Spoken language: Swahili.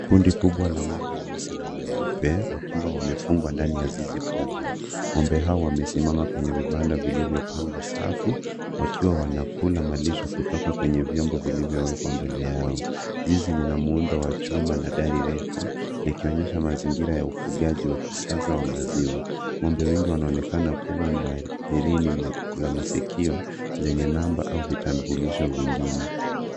Kundi kubwa la ngombe weusi na weupe wakiwa wamefungwa ndani ya zizi kubwa ng'ombe hao wamesimama kwenye vibanda vilivyopangwa safu wakiwa wanakula malisho kutoka kwenye vyombo vilivyowekwa mbele yao, zizi lina muundo wa chuma na dari refu likionyesha mazingira ya ufugaji wa kisasa wa maziwa, ng'ombe wengi wanaonekana kuwa na herini za masikio zenye namba au vitambulisho vingi.